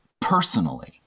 personally